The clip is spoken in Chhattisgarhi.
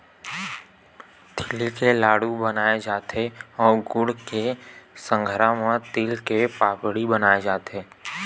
तिली के लाडू बनाय जाथे अउ गुड़ के संघरा म तिल के पापड़ी बनाए जाथे